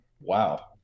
Wow